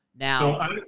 Now